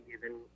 given